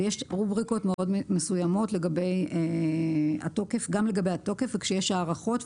יש רובריקות מאוד מסוימות גם לגבי התוקף וכשיש הארכות,